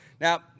Now